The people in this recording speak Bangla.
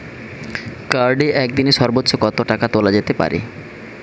কার্ডে একদিনে সর্বোচ্চ কত টাকা তোলা যেতে পারে?